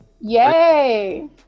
Yay